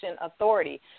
authority